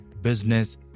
business